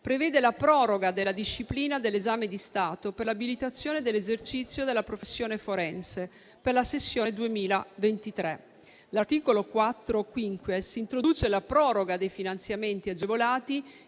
prevede la proroga della disciplina dell'esame di Stato per l'abilitazione dell'esercizio della professione forense per la sessione 2023. L'articolo 4-*quinquies* introduce la proroga dei finanziamenti agevolati